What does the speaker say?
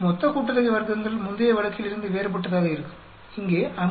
மொத்த கூட்டுத்தொகை வர்க்கங்கள் முந்தைய வழக்கிலிருந்து வேறுபட்டதாக இருக்கும் இங்கே 52